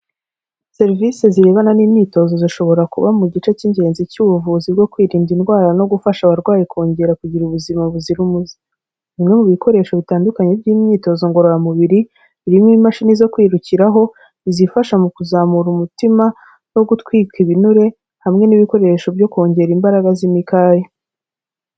Serivisi zirebana n'imyitozo zishobora kuba mu gice cy'ingenzi cy'ubuvuzi bwo kwirinda indwara no gufasha abarwayi kongera kugira ubuzima buzira umuze. Bimwe mu bikoresho bitandukanye by'imyitozo ngororamubiri birimo imashini zo kwirukiraho, izifasha mu kuzamura umutima no gutwika ibinure. Hamwe n'ibikoresho byo kongera imbaraga z'imikaya.